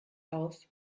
aus